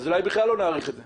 אולי לא נאריך את זה.